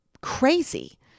crazy